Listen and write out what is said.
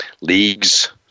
leagues